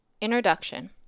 Introduction